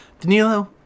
Danilo